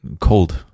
cold